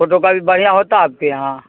photo copy بڑھیا ہوتا آپ کے یہاں